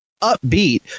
upbeat